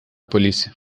polícia